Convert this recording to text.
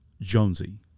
Jonesy